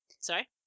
Sorry